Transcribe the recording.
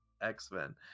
x-men